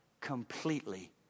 completely